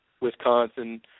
Wisconsin